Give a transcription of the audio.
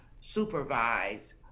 supervise